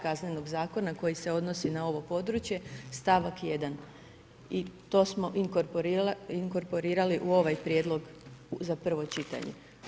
Kaznenog zakona koji se odnosi na ovo područje st. 1. i to smo inkorporirali u ovaj prijedlog za prvo čitanja.